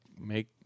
make